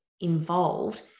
involved